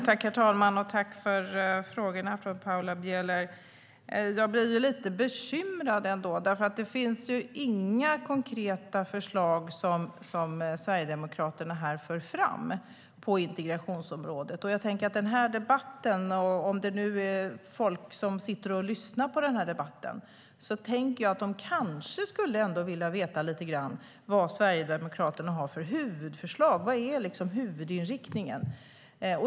Herr talman! Tack för frågorna från Paula Bieler! Jag blir lite bekymrad, för det finns inga konkreta förslag som Sverigedemokraterna för fram på integrationsområdet. Om det är folk som sitter och lyssnar på debatten tänker jag att de kanske trots allt skulle vilja veta lite grann om vad Sverigedemokraterna har för huvudförslag, vad som är huvudinriktningen.